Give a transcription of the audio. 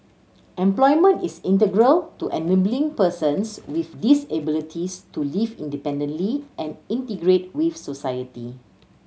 employment is integral to enabling persons with disabilities to live independently and integrate with society